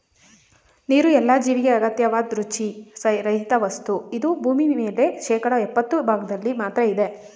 ನೀರುಎಲ್ಲ ಜೀವಿಗೆ ಅಗತ್ಯವಾದ್ ರುಚಿ ರಹಿತವಸ್ತು ಇದು ಭೂಮಿಮೇಲೆ ಶೇಕಡಾ ಯಪ್ಪತ್ತು ಭಾಗ್ದಲ್ಲಿ ಮಾತ್ರ ಇದೆ